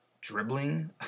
dribbling